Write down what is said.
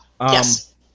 Yes